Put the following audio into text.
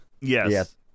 Yes